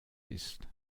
ist